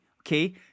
okay